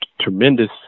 tremendous